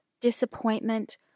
disappointment